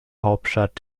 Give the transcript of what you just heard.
hauptstadt